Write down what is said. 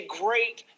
great